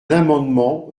amendement